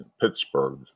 Pittsburgh